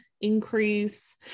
increase